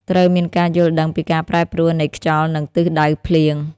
ត្រូវមានការយល់ដឹងពីការប្រែប្រួលនៃខ្យល់ និងទិសដៅភ្លៀង។